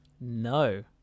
No